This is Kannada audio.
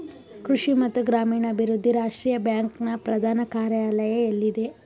ಕೃಷಿ ಮತ್ತು ಗ್ರಾಮೀಣಾಭಿವೃದ್ಧಿ ರಾಷ್ಟ್ರೀಯ ಬ್ಯಾಂಕ್ ನ ಪ್ರಧಾನ ಕಾರ್ಯಾಲಯ ಎಲ್ಲಿದೆ?